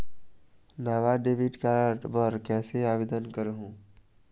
नावा debit card बर कैसे आवेदन करहूं?